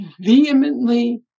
vehemently